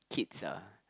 kids ah